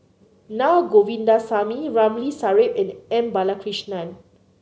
Naa Govindasamy Ramli Sarip and M Balakrishnan